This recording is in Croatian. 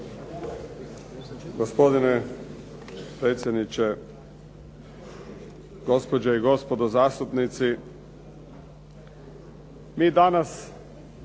Gospodine predsjedniče, gospođe i gospodo zastupnici.